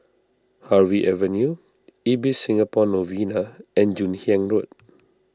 Harvey Avenue Ibis Singapore Novena and Joon Hiang Road